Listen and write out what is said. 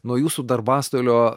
nuo jūsų darbastalio